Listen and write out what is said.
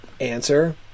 answer